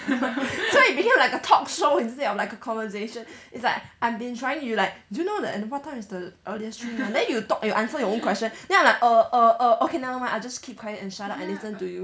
so it became like a talk show instead of like a conversation it's like I been trying you like do you know that at what time is the then you talk you answer your own question then I like err err err okay never mind I just keep quiet and shut up and listen to you